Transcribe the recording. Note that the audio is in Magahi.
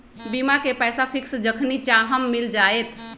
बीमा के पैसा फिक्स जखनि चाहम मिल जाएत?